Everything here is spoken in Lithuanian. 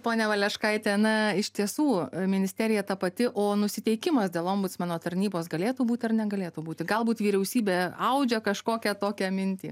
ponia valeškaitė na iš tiesų ministerija ta pati o nusiteikimas dėl ombudsmeno tarnybos galėtų būt ar negalėtų būt galbūt vyriausybė audžia kažkokią tokią mintį